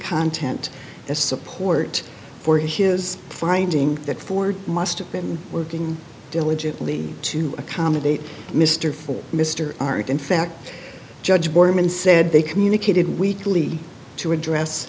content as support for his finding that ford must have been working diligently to accommodate mr ford mr r and in fact judge borman said they communicated weekly to address